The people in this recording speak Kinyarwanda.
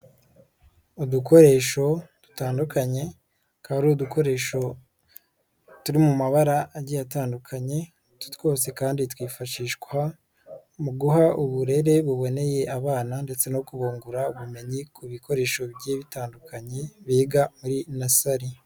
Udukoresho dutandukanye, tukaba ari udukoresho turi mu mabara atandukanye, twose kandi twifashishwa mu guha uburere buboneye abana ndetse no kubungura ubumenyi ku bikoresho bigiye bitandukanye, biga muri nasali.